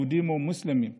יהודים או מוסלמים,